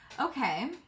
Okay